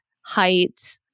height